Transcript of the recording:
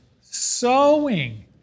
sowing